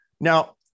Now